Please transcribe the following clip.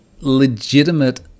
legitimate